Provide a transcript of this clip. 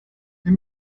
این